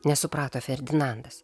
nesuprato ferdinandas